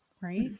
Right